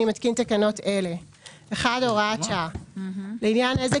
אני מתקין תקנות אלה: הוראת שעה לעניין נזק